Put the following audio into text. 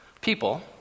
people